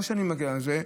ולא שאני מגן על זה.